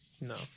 No